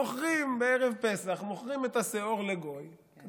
מוכרים את השאור לגוי בערב פסח,